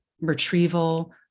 retrieval